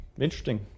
interesting